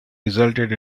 resulted